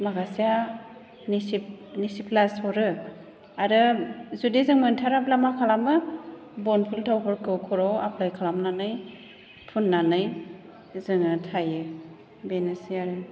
माखासेया निसिप निसिप प्लास हरो आरो जुदि जों मोनथाराब्ला मा खालामो बन फुल थावफोरखौ खर'वाव आप्लाइ खालामनानै फुननानै जोङो थायो बेनोसै आरो